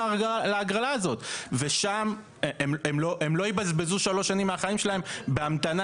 להגרלה הזאת והם לא יבזבזו שלוש שנים מהחיים שלהם בהמתנה